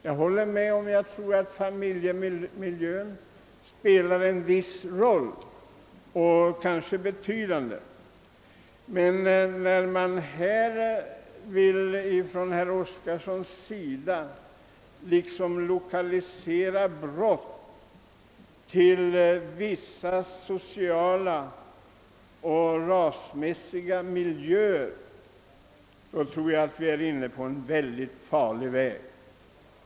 Jag håller med om att familjemiljön troligen spelar en viss roll, kanske till och med en betydande roll. Men när herr Oskarson vill hänföra brotten till vissa socialoch rasmiljöer tror jag han kommit in på en mycket farlig väg.